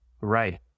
right